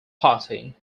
party